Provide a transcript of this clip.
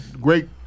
Great